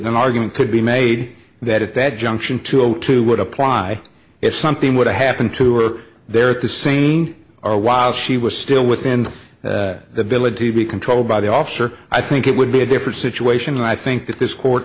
that an argument could be made that at that junction two zero two would apply if something were to happen to her there at the same are while she was still within the village to be controlled by the officer i think it would be a different situation and i think that this court